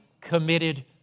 committed